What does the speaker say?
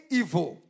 evil